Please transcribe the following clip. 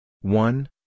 one